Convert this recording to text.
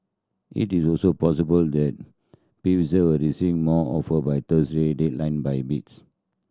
it is also possible that Pfizer will receive more offer by Thursday deadline by bids